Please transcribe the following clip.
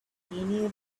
continued